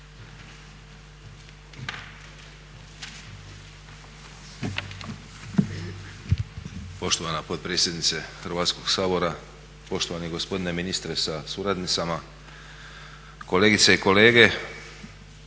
Poštovana potpredsjednice Hrvatskog sabora, poštovani gospodine ministre sa suradnicama, kolegice i kolege